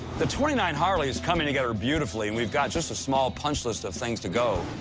the twenty nine harley's coming together beautifully, and we've got just a small punch list of things to go.